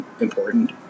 important